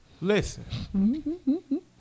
Listen